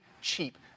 cheap